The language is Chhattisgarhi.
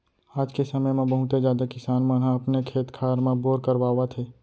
आज के समे म बहुते जादा किसान मन ह अपने खेत खार म बोर करवावत हे